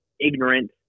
ignorant